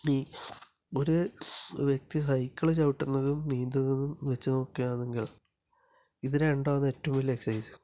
ഇനി ഒരു വ്യക്തി സൈക്കിള് ചവിട്ടുന്നതും നീന്തുന്നതും വെച്ചുനോക്കുകയാണെങ്കിൽ ഇതു രണ്ടുമാണ് ഏറ്റവും വലിയ എക്സർസൈസ്